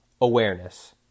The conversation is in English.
Awareness